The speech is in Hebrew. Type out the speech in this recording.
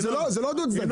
זה לא דו צדדי.